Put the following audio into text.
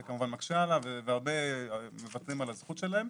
זה כמובן מקשה עליו והרבה מוותרים על הזכות שלהם.